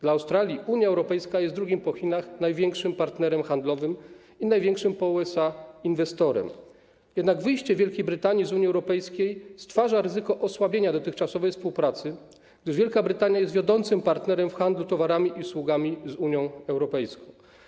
Dla Australii Unia Europejska jest drugim po Chinach największym partnerem handlowym i największym po USA inwestorem, jednak wyjście Wielkiej Brytanii z Unii Europejskiej stwarza ryzyko osłabienia dotychczasowej współpracy, gdyż Wielka Brytania jest wiodącym partnerem w handlu towarami i usługami z Unią Europejską.